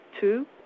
two